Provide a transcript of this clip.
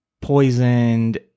poisoned